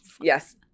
Yes